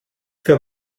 für